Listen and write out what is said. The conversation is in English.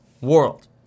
World